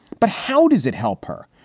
but how does it help her?